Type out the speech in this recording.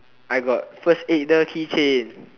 I got first aider keychain